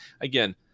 again